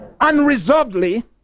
unreservedly